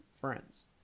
Friends